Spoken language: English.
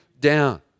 down